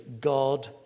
God